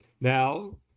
Now